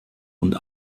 und